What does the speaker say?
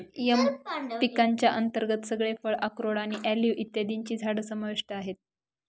M पिकांच्या अंतर्गत सगळे फळ, अक्रोड आणि ऑलिव्ह इत्यादींची झाडं समाविष्ट आहेत